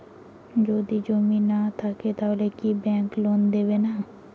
যদি জমি না থাকে তাহলে কি ব্যাংক লোন হবে না?